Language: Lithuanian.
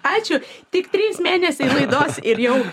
ačiū tik trys mėnesiai laidos ir jau